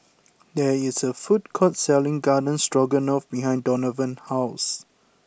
there is a food court selling Garden Stroganoff behind Donavan's house